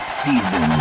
season